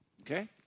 Okay